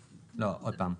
לא, עוד פעם.